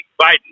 Biden